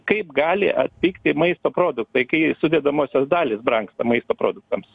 kaip gali atpigti maisto produktai kai sudedamosios dalys brangsta maisto produktams